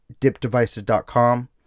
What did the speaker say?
dipdevices.com